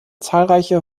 zahlreiche